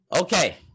okay